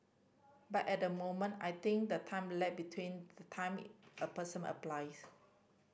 but at the moment I think the time lag between the time a person applies